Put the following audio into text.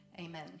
Amen